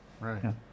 right